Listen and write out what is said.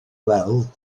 weld